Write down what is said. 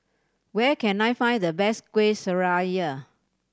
where can I find the best Kueh Syara